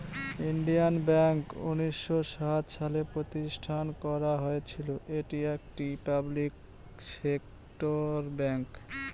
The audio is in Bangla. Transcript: ইন্ডিয়ান ব্যাঙ্ক উনিশশো সাত সালে প্রতিষ্ঠান করা হয়েছিল এটি একটি পাবলিক সেক্টর ব্যাঙ্ক